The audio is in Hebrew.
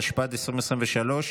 התשפ"ד 2023,